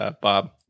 Bob